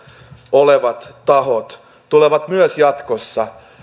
olevat tahot myös tulevat jatkossa